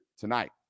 tonight